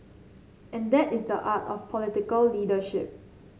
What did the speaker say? and that is the art of political leadership